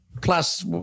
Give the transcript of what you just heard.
Plus